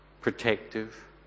protective